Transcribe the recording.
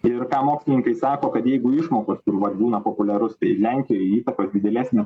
ir mokslininkai sako kad jeigu išmokos kur vat būna populiarus tai lenkijoj įtakos didelės ne